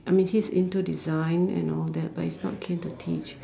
I mean he's into design and all that but he's not keen to teach